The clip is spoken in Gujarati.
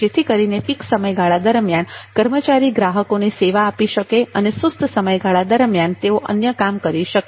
જેથી કરીને પીક સમયગાળા દરમિયાન કર્મચારી ગ્રાહકોને સેવા આપી શકે અને સુસ્ત સમયગાળા દરમિયાન તેઓ અન્ય કામ કરી શકે